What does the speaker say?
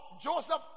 Joseph